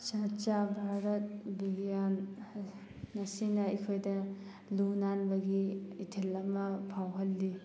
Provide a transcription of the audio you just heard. ꯁ꯭ꯋꯥꯆꯥ ꯚꯥꯔꯠ ꯕꯤꯕ꯭ꯌꯥꯟ ꯃꯁꯤꯅ ꯑꯩꯈꯣꯏꯗ ꯂꯨ ꯅꯥꯟꯕꯒꯤ ꯏꯊꯤꯜ ꯑꯃ ꯐꯥꯎꯍꯜꯂꯤ